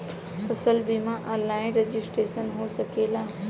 फसल बिमा online registration हो सकेला?